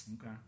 Okay